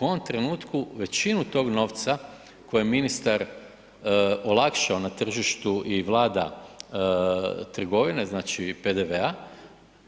U ovom trenutku većinu tog novca koji je ministar olakšao na tržištu i vlada trgovine znači PDV-a